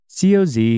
COZ